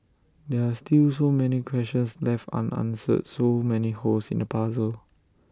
there are still so many questions left unanswered so many holes in the puzzle